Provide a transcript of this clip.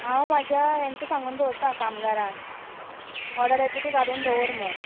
हांव म्हाज्या हेंका सांगून दवरता कामगारांक ऑर्डर येतली ती घालून दवर म्हूण